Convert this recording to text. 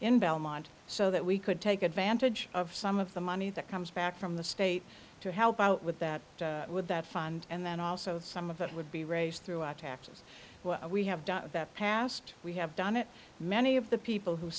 in belmont so that we could take advantage of some of the money that comes back from the state to help out with that with that fund and then also some of it would be raised through our taxes we have done that past we have done it many of the people who